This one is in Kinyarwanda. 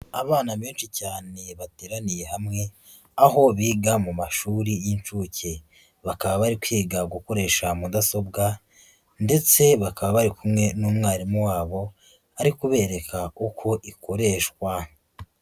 Abana benshi cyane bateraniye hamwe, aho biga mu mashuri y'incuke bakaba bari kwiga gukoresha mudasobwa ndetse bakaba bari kumwe n'umwarimu wabo ari kubereka uko ikoreshwa.